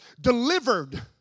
delivered